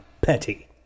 Petty